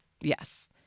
Yes